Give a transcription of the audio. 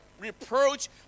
reproach